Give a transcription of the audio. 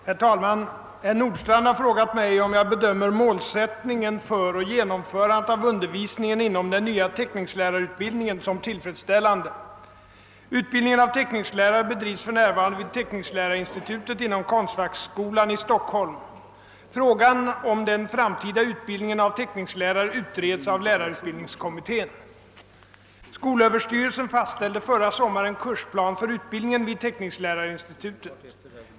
Herr talman! Herr Nordstrandh har frågat mig om jag bedömer målsättningen för och genomförandet av undervisningen inom den nya teckningslärarutbildningen som tillfredsställande. Utbildning av teckningslärare bedrivs för närvarande vid teckningslärarinstitutet inom konstfackskolan i Stockholm. Frågan om den framtida utbildningen av teckningslärare utreds av lärarutbildningskommittén. Skolöverstyrelsen = fastställde förra sommaren kursplan för utbildningen vid teckningslärarinstitutet.